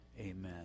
amen